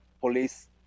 police